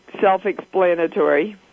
self-explanatory